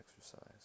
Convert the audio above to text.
exercise